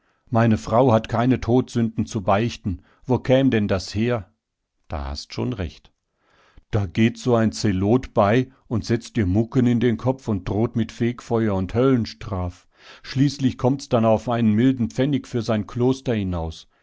meine frau hat keine todsünden zu beichten wo käm denn das her da hast schon recht da geht so ein zelot bei und setzt ihr mucken in den kopf und droht mit fegfeuer und höllenstraf schließlich kommt's dann auf einen milden pfennig für sein kloster hinaus